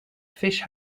fish